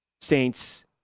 Saints